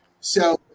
So-